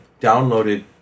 downloaded